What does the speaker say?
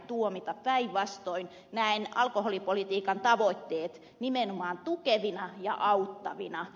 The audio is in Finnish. päinvastoin näen alkoholipolitiikan tavoitteet nimenomaan tukevina ja auttavina